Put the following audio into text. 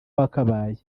wakabaye